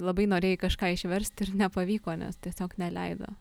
labai norėjai kažką išverst ir nepavyko nes tiesiog neleido